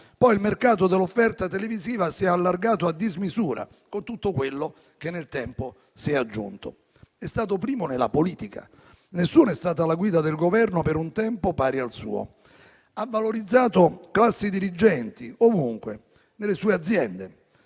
poi il mercato dell'offerta televisiva si è allargato a dismisura, con tutto quello che nel tempo si è aggiunto. È stato primo nella politica. Nessuno è stato alla guida del Governo per un tempo pari al suo. Ha valorizzato classi dirigenti, ovunque nelle sue aziende.